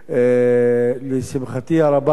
לשמחתי הרבה,